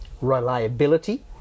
reliability